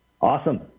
Awesome